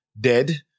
dead